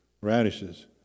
radishes